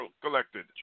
collected